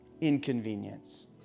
inconvenience